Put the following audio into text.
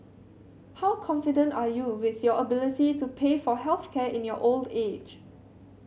how confident are you with your ability to pay for health care in your old age